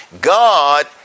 God